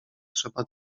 trzeba